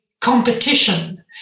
competition